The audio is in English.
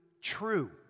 true